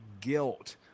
guilt